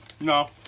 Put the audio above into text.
No